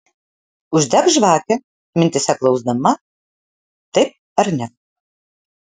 uždek žvakę mintyse klausdama taip ar ne